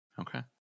Okay